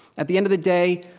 at the end of the day,